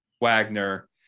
Wagner